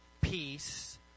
peace